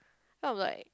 then I'll like